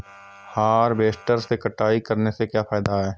Harvester से कटाई करने से क्या फायदा है?